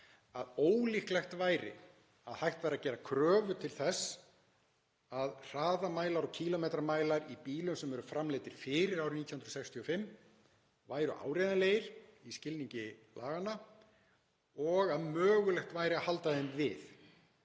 að ólíklegt væri að hægt væri að gera kröfu til þess að hraðamælar og kílómetramælar í bílum sem eru framleiddir fyrir árið 1965 væru áreiðanlegir í skilningi laganna og að mögulegt væri að halda þeim við